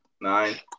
Nine